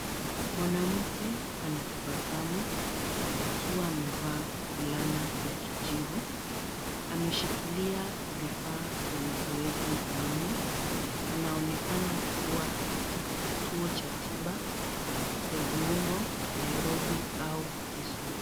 Mwanamke anatabasamu akiwa amevaa fulana ya kijivu. Ameshikilia vifaa vya mazoezi mkononi. Anaonekana kuwa katika kituo cha tiba ya viungo, Nairobi au Kisumu.